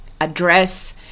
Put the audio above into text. address